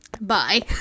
Bye